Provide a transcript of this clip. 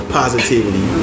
positivity